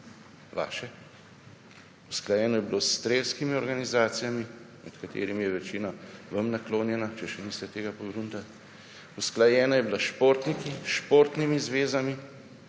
vaše. Usklajeno je bilo s strelskimi organizacijami, med katerimi je večina vam naklonjena, če še niste tega pogruntal. Usklajena je bila s športniki, s športnimi zvezami.